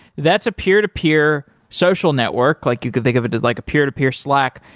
that's a peer-to-peer social network. like you could think of it as like a peer-to-peer slack.